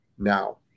Now